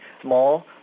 small